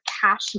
cash